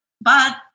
But-